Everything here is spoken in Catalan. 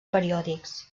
periòdics